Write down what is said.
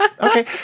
Okay